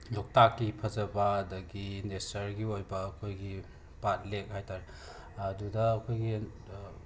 ꯂꯣꯛꯇꯥꯛꯀꯤ ꯐꯖꯕ ꯑꯗꯒꯤ ꯅꯦꯆꯔꯒꯤ ꯑꯣꯏꯕ ꯑꯩꯈꯣꯏꯒꯤ ꯄꯥꯠ ꯂꯦꯛ ꯍꯥꯏꯇꯥꯔꯦ ꯑꯗꯨꯗ ꯑꯩꯈꯣꯏꯒꯤ